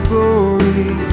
Glory